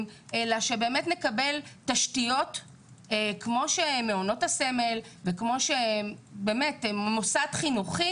אלא שבאמת נקבל תשתיות כמו של מעונות הסמל וכמובן מקבל מוסד חינוכי